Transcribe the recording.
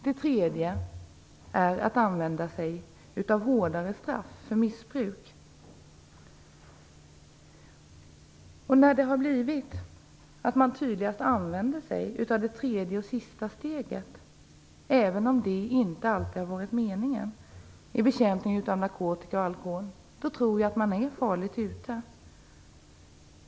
Den tredje är att använda sig av hårdare straff för missbruk. När det har blivit så att man tydligast använder sig av det tredje och sista steget, även om det inte alltid har varit meningen, i bekämpningen av narkotika och alkohol tror jag att man är farligt ute.